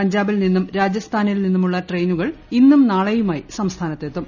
പഞ്ചാബിൽ നിന്നും രാജസ്ഥാനിൽ നിന്നുമുള്ള ട്രെയിനുകൾ ഇന്നും നാളെയുമായി സംസ്ഥാനത്തെത്തും